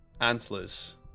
antlers